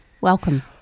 welcome